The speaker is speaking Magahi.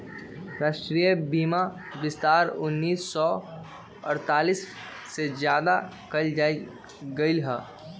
राष्ट्रीय बीमा विस्तार उन्नीस सौ अडतालीस में ज्यादा कइल गई लय